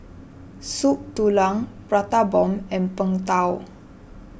Soup Tulang Prata Bomb and Png Tao